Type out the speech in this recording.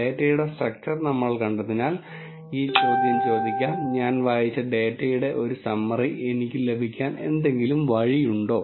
ഡാറ്റയുടെ സ്ട്രക്ച്ചർ നമ്മൾ കണ്ടതിനാൽ ഈ ചോദ്യം ചോദിക്കാം ഞാൻ വായിച്ച ഡാറ്റയുടെ ഒരു സമ്മറി എനിക്ക് ലഭിക്കാൻ എന്തെങ്കിലും വഴിയുണ്ടോ